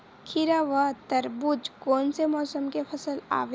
खीरा व तरबुज कोन से मौसम के फसल आवेय?